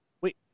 Wait